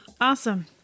Awesome